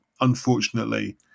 unfortunately